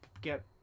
get